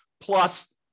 plus